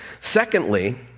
Secondly